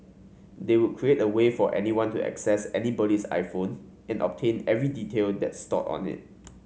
they would create a way for anyone to access anybody's iPhone and obtain every detail that's stored on it